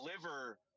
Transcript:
deliver